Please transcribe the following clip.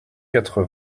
quatre